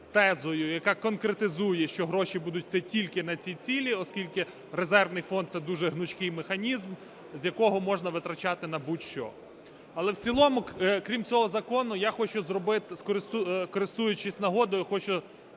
тезою, яка конкретизує, що гроші будуть іти тільки на ці цілі, оскільки резервний фонд – це дуже гнучкий механізм, з якого можна витрачати на будь-що. Але в цілому, крім цього закону, я хочу, користуючись нагодою,